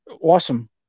awesome